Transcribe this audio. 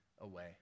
away